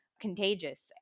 contagious